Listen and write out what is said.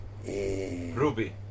Ruby